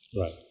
Right